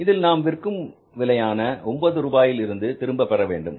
இதில் நாம் விற்கும் விலையான 9 ரூபாயில் இருந்து திரும்ப பெற வேண்டும்